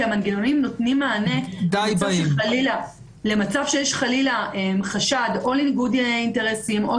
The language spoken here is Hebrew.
כי המנגנונים נותנים מענה למצב שיש חלילה חשד או לניגוד אינטרסים או